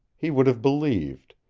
he would have believed,